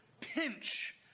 pinch